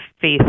faith